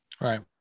right